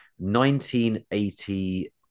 1980